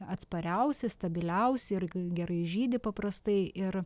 atspariausi stabiliausi ir gerai žydi paprastai ir